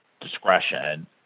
discretion